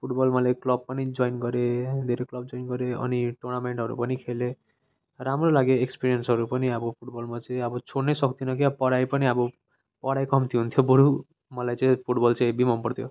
football मैले club पनि join गरेँ धेरै क्लब जोइन गरेँ अनि टुर्नामेन्टहरू पनि खेलेँ राम्रो लाग्यो एक्सपिरिएन्सहरू पनि अब फुटबलमा चाहिँ अब छोड्नै सक्दिनँ के पढाइ पनि अब पढाइ कम्ती हुन्थ्यो बरू मलाई चाहिँ फुटबल चाहिँ हेबी मनपर्थ्यो